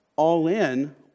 all-in